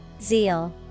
Zeal